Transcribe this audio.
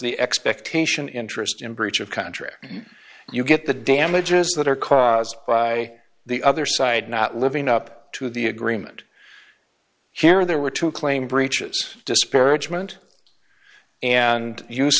the expectation interest in breach of contract and you get the damages that are caused by the other side not living up to the agreement here there were two claim breaches disparagement and use